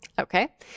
Okay